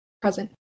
present